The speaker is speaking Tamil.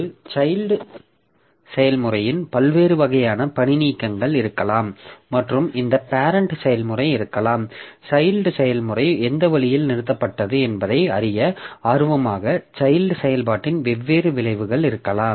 ஒரு சைல்ட் செயல்முறையின் பல்வேறு வகையான பணிநீக்கங்கள் இருக்கலாம் மற்றும் இந்த பேரெண்ட் செயல்முறை இருக்கலாம் சைல்ட் செயல்முறை எந்த வழியில் நிறுத்தப்பட்டது என்பதை அறிய ஆர்வமாக சைல்ட் செயல்பாட்டின் வெவ்வேறு விளைவுகள் இருக்கலாம்